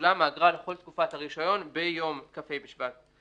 תשולם האגרה לכל תקופת הרישיון ביום כ"ה בשבט,